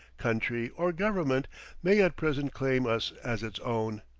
country, or government may at present claim us as its own.